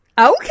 Okay